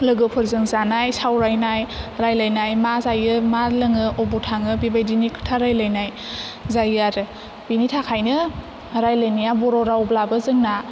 लोगोफोरजों जानाय सावरायनाय रायलायनाय मा जायो मा लोङो अबाव थाङो बेबायदिनि खोथा रायलायनाय जायो आरो बेनि थाखायनो रायलायनाया बर' रावब्लाबो जोंना